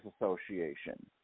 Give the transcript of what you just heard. Association